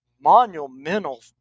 monumental